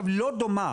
לא דומה